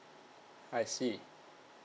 I see